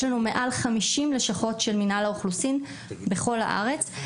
יש לנו מעל 50 לשכות של מנהל האוכלוסין בכל הארץ,